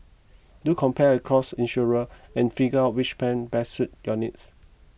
do compare across insurer and figure which plan best suits your needs